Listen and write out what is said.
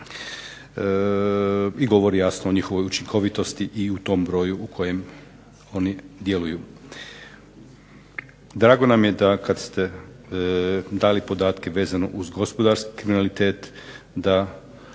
i govori jasno o njihovoj učinkovitosti i u tom broju u kojem oni djeluju. Drago nam je da kad ste dali podatke vezano uz gospodarski kriminalitet da